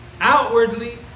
Outwardly